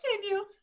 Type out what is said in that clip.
continue